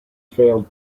failed